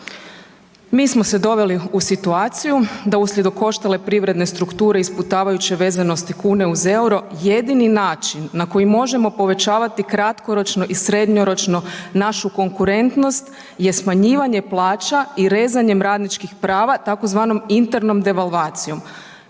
Mi smo se doveli u situaciju da uslijed okoštale privredne strukture i sputavajuće vezanosti kune uz EUR-o jedini način na koji možemo povećavati kratkoročno i srednjoročno našu konkurentnost je smanjivanje plaća i rezanjem radničkih prava tzv. internom devalvacijom,